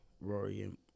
Rory